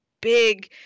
big